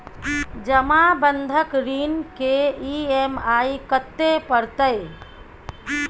जमा बंधक ऋण के ई.एम.आई कत्ते परतै?